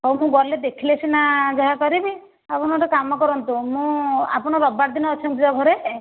ହେଉ ମୁଁ ଗଲେ ଦେଖିଲେ ସିନା ଯାହା କରିବି ଆପଣ ଗୋଟେ କାମ କରନ୍ତୁ ମୁଁ ଆପଣ ରବିବାର ଦିନ ଅଛନ୍ତି ତ ଘରେ